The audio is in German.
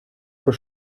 vor